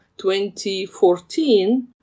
2014